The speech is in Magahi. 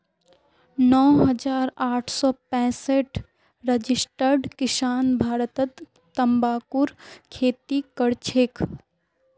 नौ हजार आठ सौ पैंसठ रजिस्टर्ड किसान भारतत तंबाकूर खेती करछेक